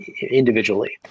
individually